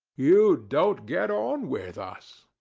you don't get on with us.